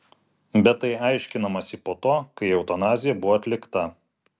bet tai aiškinamasi po to kai eutanazija buvo atlikta